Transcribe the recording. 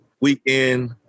Weekend